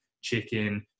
chicken